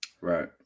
Right